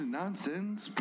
nonsense